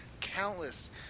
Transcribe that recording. countless